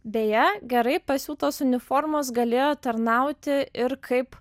beje gerai pasiūtos uniformos galėjo tarnauti ir kaip